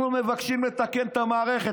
אנחנו מבקשים לתקן את המערכת.